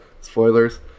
Spoilers